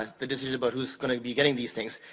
ah the decision about who's gonna be getting these things.